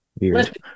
weird